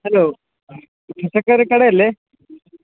hello പച്ചക്കറി കടയല്ലേ